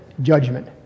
judgment